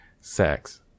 sex